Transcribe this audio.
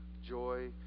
joy